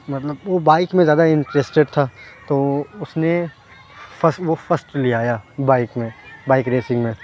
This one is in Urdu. مطلب وہ بائک میں زیادہ انٹرسٹڈ تھا تو اُس نے فسٹ وہ فسٹ لے آیا بائک میں بائک ریسنگ میں